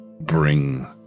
bring